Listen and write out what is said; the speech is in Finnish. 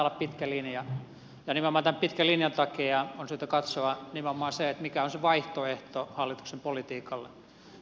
ja nimenomaan tämän pitkän linjan takia on syytä katsoa nimenomaan se mikä on se vaihtoehto hallituksen politiikalle